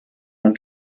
man